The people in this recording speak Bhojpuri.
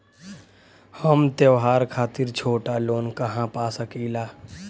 हम त्योहार खातिर छोटा लोन कहा पा सकिला?